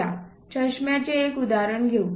चला चष्म्याचे एक उदाहरण घेऊ